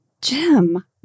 Jim